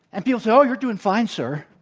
and people say, oh, you're doing fine, sir.